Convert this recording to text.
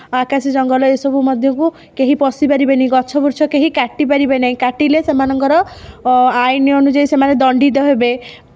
ଆକାଶି ଜଙ୍ଗଲ ଏସବୁ ମଧ୍ୟକୁ କେହି ପଶି ପାରିବେନି ଗଛ ବୃଛ କେହି କାଟି ପାରିବେ ନାଇଁ କାଟିଲେ ସେମାନଙ୍କର ଅ ଆଇନ୍ ଅନୁଯାୟୀ ସେମାନେ ଦଣ୍ଡିତ ହେବେ